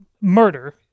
murder